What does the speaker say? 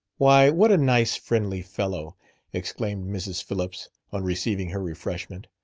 why, what a nice, friendly fellow! exclaimed mrs. phillips, on receiving her refreshment.